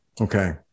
Okay